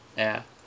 ya